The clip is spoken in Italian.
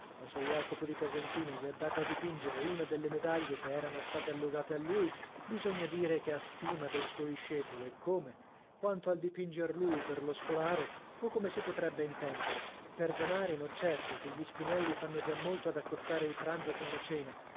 ma se jacopo di casentino gli ha dato a dipingere una delle medaglie che erano stale allogate a lui bisogna dire che ha stima del suo discepolo e come quanto al dipinger lui per lo scolaro o come si potrebbe intendere per danari no certo che gli spinelli fanno già molto ad accozzare il pranzo con la cena